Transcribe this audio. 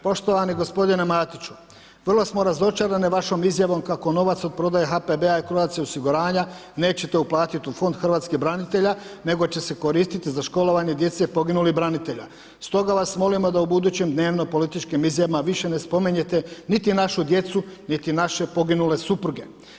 Poštovani gospodine Matiću, vrlo smo razočarane vašom izjavom kako novac od prodaje HPB-a i Croatia osiguranja nećete uplatiti u fond hrvatskih branitelja nego će se koristiti za školovanje djece poginulih branitelja stoga vas molimo da u budućim dnevno političkim izjavama više ne spominjete niti našu djece niti naše poginule supruge.